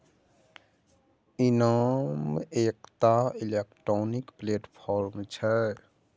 इनाम एकटा electronic platform छै